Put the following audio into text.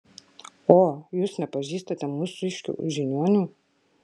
o jūs nepažįstate mūsiškių žiniuonių